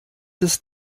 ist